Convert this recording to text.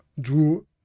Drew